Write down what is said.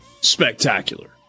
spectacular